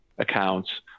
Accounts